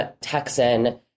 Texan